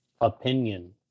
opinion